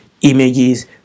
images